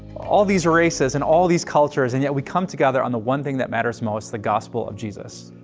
all of these races and all of these cultures and yet, we come together on the one thing that matters most the gospel of jesus.